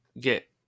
get